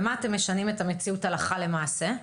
במה אתם משנים את המציאות הלכה למעשה?